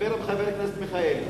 דבר עם חבר הכנסת מיכאלי.